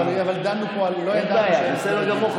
אבל דנו פה, לא ידענו, אין בעיה, בסדר גמור.